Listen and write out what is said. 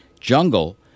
jungle